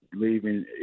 leaving